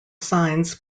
signs